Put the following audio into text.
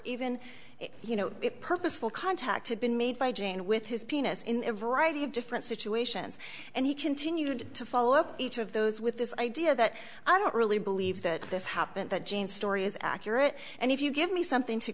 even you know purposeful contact had been made by jane with his penis in every writing of different situations and he continued to follow up each of those with this idea that i don't really believe that this happened that jean story is accurate and if you give me something to